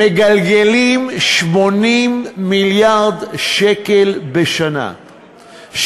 מגלגלים 80 מיליארד שקל בשנה,